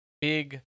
big